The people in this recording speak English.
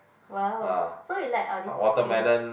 !wow! so you like all these green